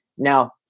Now